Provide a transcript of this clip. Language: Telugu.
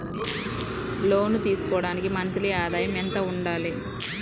లోను తీసుకోవడానికి మంత్లీ ఆదాయము ఎంత ఉండాలి?